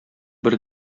бер